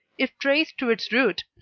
if traced to its root,